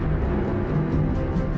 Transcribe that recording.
or